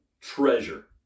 Treasure